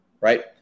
right